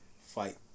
fight